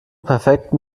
perfekten